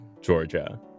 Georgia